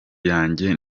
yanjye